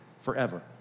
forever